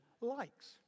likes